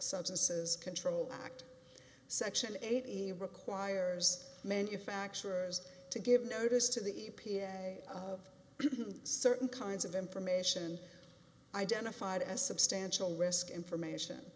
substances control act section eight requires manufacturers to give notice to the e p a of certain kinds of information identified as substantial risk information